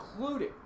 including